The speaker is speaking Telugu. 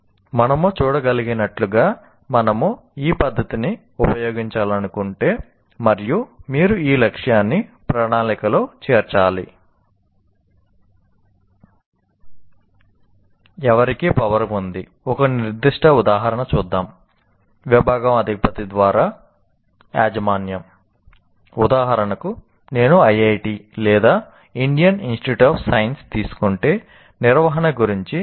మనము చూడగలిగినట్లుగా మనము ఈ పద్ధతిని ఉపయోగించాలనుకుంటే మరియు మీరు ఈ లక్షణాన్ని ప్రణాళికలో చేర్చాలి